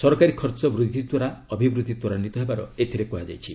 ସରକାରୀ ଖର୍ଚ୍ଚ ବୃଦ୍ଧିଦ୍ୱାରା ଅଭିବୃଦ୍ଧି ତ୍ୱରାନ୍ୱିତ ହେବାର ଏଥିରେ କୃହାଯାଇଛି